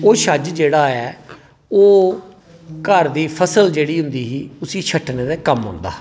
ओह् छज्ज जेह्ड़ा ऐ ओह् घर दी फसल जेह्ड़ी होंदी ही उसी छट्टने दे कम्म औंदा हा